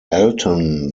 alton